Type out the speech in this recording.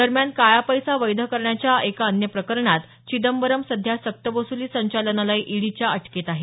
दरम्यान काळा पैसा वैध करण्याच्या एका अन्य प्रकरणात चिदंबरम सध्या सक्तवसली संचालनालय ईडीच्या अटकेत आहेत